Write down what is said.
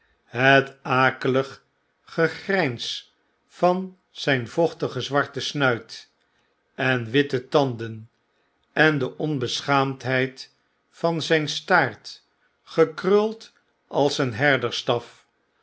het akelig gegryns van zyn vochtigen zwarten snuit en witte tanden en de onbeschaamdheid van zyn staart gekruld als een herders staf